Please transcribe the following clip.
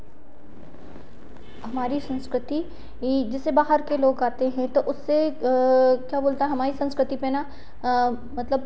हमारी संस्कृति जैसे बाहर के लोग आते हैं क्या बोलते हैं हमारी संस्कृति पर ना मतलब